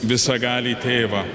visagalį tėvą